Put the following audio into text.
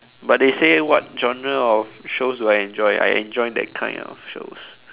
but they say what genre of shows do I enjoy I enjoy that kind of shows